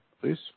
please